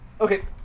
Okay